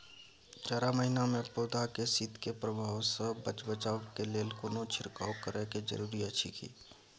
जारा महिना मे पौधा के शीत के प्रभाव सॅ बचाबय के लेल कोनो छिरकाव करय के जरूरी अछि की?